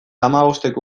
hamabosteko